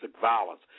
violence